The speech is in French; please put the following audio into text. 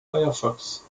firefox